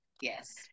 Yes